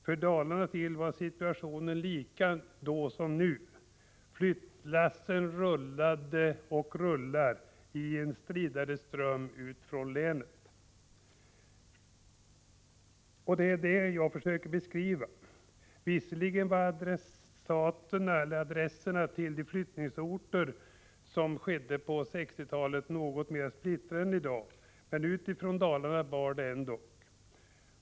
För Dalarnas del var och är situationen lika då som nu — flyttlassen rullade och rullar i en allt stridare ström ut från länet. Det är detta jag försöker beskriva. Visserligen var adresserna till flyttorterna något mera splittrade under 1960-talet än i dag, men ut från Dalarna bar det.